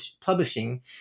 publishing